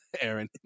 Aaron